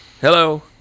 Hello